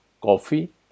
coffee